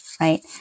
right